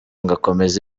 ngakomeza